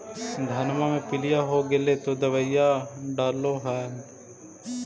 धनमा मे पीलिया हो गेल तो दबैया डालो हल?